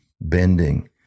bending